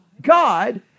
God